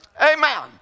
Amen